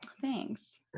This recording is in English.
Thanks